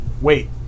wait